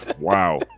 wow